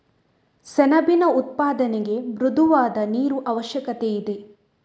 ಸೆಣಬಿನ ಉತ್ಪಾದನೆಗೆ ಮೃದುವಾದ ನೀರು ಅವಶ್ಯಕತೆಯಿದೆ